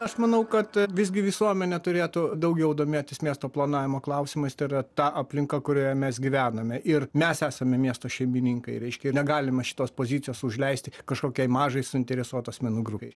aš manau kad visgi visuomenė turėtų daugiau domėtis miesto planavimo klausimais tai yra ta aplinka kurioje mes gyvename ir mes esame miesto šeimininkai reiškia negalima šitos pozicijos užleisti kažkokiai mažai suinteresuotų asmenų grupei